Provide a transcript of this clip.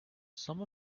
some